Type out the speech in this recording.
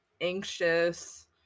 anxious